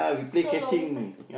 so long time